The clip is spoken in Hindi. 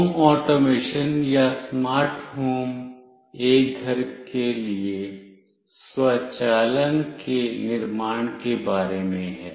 होम ऑटोमेशन या स्मार्ट होम एक घर के लिए स्वचालन के निर्माण के बारे में है